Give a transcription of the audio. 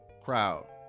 crowd